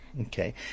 Okay